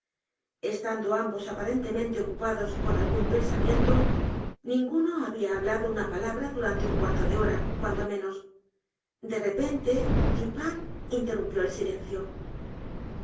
estando ambos aparentemente ocupados con algún pensamiento ninguno había hablado una palabra durante un cuarto de hora cuando menos de repente dupin interrumpió el silencio